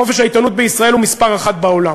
חופש העיתונות בישראל הוא מספר אחת בעולם.